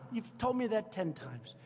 you've told me that ten times.